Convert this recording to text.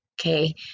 Okay